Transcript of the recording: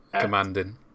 commanding